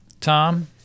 Tom